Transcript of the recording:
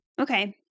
Okay